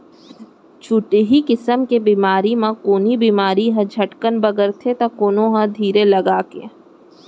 छुतही किसम के बेमारी म कोनो बेमारी ह झटकन बगरथे तौ कोनो ह धीर लगाके